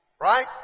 Right